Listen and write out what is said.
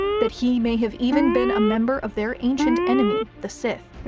that he may have even been a member of their ancient enemy, the sith.